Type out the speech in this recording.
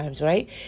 Right